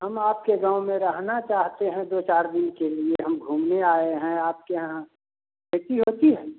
हम आपके गाँव में रहना चाहते हैं दो चार दिन के लिए हम घूमने आए हैं आपके यहाँ खेती होती है